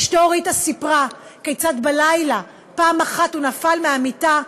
אשתו ריטה סיפרה כיצד בלילה פעם אחת הוא נפל מהמיטה,